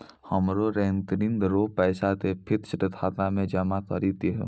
हमरो रेकरिंग रो पैसा के फिक्स्ड खाता मे जमा करी दहो